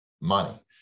money